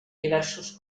diversos